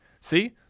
See